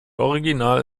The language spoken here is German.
original